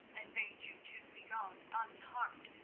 and bade you two begone unharmed,